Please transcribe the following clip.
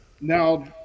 now